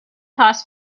costs